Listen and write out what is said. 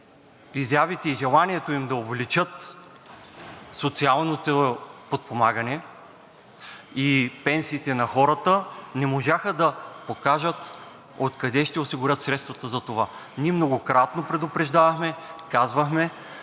изявите и желанието им да увеличат социалното подпомагане и пенсиите на хората не можаха да покажат откъде ще осигурят средствата за това. Ние многократно предупреждавахме, казвахме,